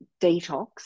detox